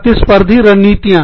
प्रतिस्पर्धी रणनीतियां